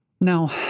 Now